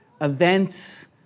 Events